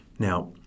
Now